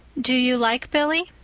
do you like billy?